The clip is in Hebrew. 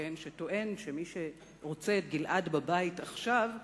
שטוען שמי שרוצה את גלעד בבית עכשיו,